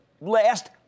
last